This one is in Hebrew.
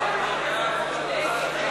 ההצעה להעביר את הצעת חוק איסור ייבוא